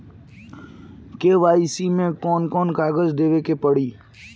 KYC मे कौन कौन कागज देवे के पड़ी?